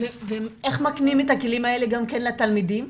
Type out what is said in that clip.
ואיך מקנים את הכלים האלה גם כן לתלמידים?